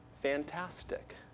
Fantastic